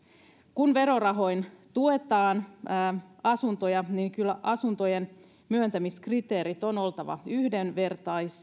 kun verorahoin tuetaan asuntoja niin kyllä asuntojen myöntämiskriteerien on oltava yhdenvertaiset